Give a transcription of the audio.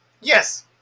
Yes